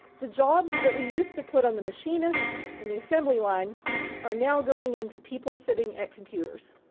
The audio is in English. the jobs that we used to put on the machinist in the assembly line are now going into people sitting at computers.